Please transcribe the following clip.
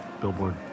billboard